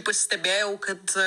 pastebėjau kad